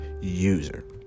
user